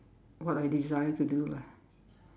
what I desire to do lah